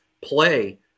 play